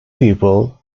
people